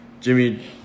Jimmy